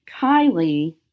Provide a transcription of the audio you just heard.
Kylie